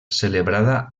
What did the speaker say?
celebrada